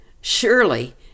Surely